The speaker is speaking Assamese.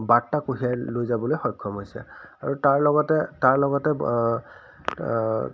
বাৰ্তা কঢ়িয়াই লৈ যাবলৈ সক্ষম হৈছে আৰু তাৰ লগতে তাৰ লগতে